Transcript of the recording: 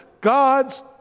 God's